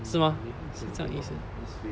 是吗是这样意思